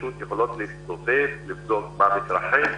שפשוט יכולות להסתובב, לבדוק מה מתרחש,